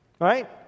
Right